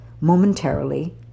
momentarily